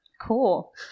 Cool